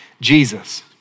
Jesus